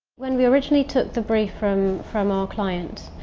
when we originally took the brief from, from our client.